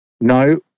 no